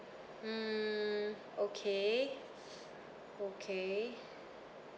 mm okay okay